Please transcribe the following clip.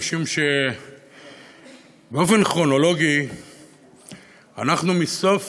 משום שבאופן כרונולוגי אנחנו מסוף